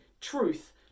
truth